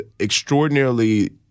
extraordinarily